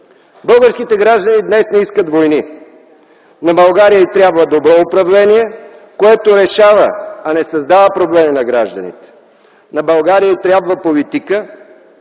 Българските граждани днес не искат войни. На България й трябва добро управление, което решава, а не създава проблеми на гражданите. На България й трябва политика,